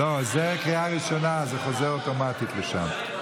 לא, זה קריאה ראשונה, זה חוזר אוטומטית לשם.